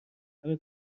همه